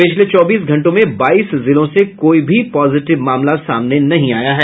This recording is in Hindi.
पिछले चौबीस घंटों में बाईस जिलों से कोई भी पॉजिटिव मामला सामने नहीं आया है